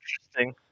interesting